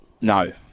No